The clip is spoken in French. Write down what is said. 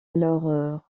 alors